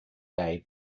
day